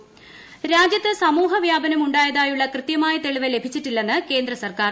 സമൂഹ വ്യാപനം രാജ്യത്ത് സമൂഹ വ്യാപനം ഉണ്ടായതായുള്ള കൃത്യമായ തെളിവ് ലഭിച്ചിട്ടില്ലെന്ന് കേന്ദ്ര സർക്കാർ